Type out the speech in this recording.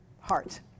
heart